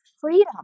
freedom